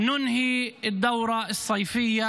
להלן תרגומם:)